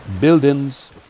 buildings